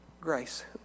Grace